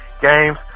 games